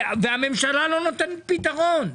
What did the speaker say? והממשלה לא נותנת פתרון.